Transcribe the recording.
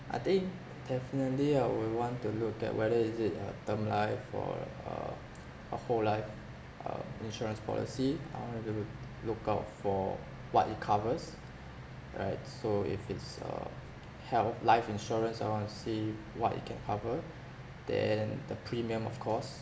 I think definitely I will want to look at whether is it a term life or uh a whole life um insurance policy I'll definitely look out for what it covers right so if it's a health life insurance I want to see what it can cover then the premium of course